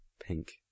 pink